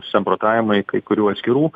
samprotavimai kai kurių atskirų